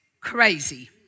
crazy